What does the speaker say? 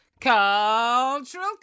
cultural